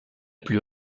plus